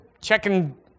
checking